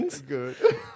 Good